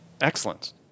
Excellent